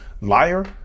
liar